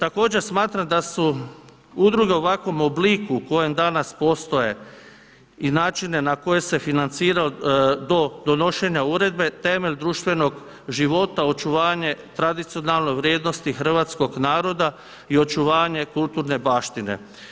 Također smatram da su udruge u ovakvom obliku u kojem danas postoje i načine na koje se financira do donošenja uredbe temelj društvenog života, očuvanje tradicionalne vrijednosti hrvatskog naroda i očuvanje kulturne baštine.